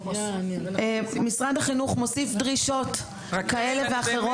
משרד החינוך מוסיף דרישות כאלה ואחרות